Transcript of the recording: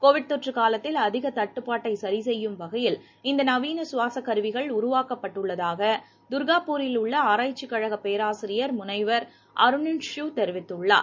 Covid தொற்று காலத்தில் அதிகத் தட்டுப்பாட்டை சரி செய்யும் வகையில் இநத நவீன சுவாசக் கருவிகள் உருவாக்கப்பட்டுள்ளதாக துர்காபூரிலுள்ள ஆய்வுக் கழக பேராசிரியர் முனைவர் அருணன்ங்ஷூ தெரிவித்துள்ளார்